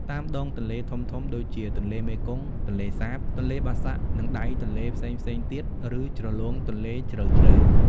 តាមដងទន្លេធំៗ ដូចជាទន្លេមេគង្គ ទន្លេសាប ទន្លេបាសាក់ និងដៃទន្លេផ្សេងៗទៀត ឬជ្រលងទន្លេជ្រៅៗ។